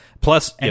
Plus